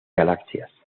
galaxias